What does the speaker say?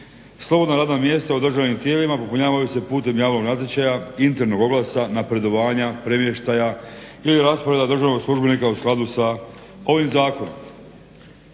Slobodna radna mjesta u državnim tijelima popunjavaju se putem javnog natječaja, internog oglasa, napredovanja, premještaja ili rasporeda državnog službenika u skladu sa ovim Zakonom.